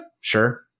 sure